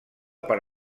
per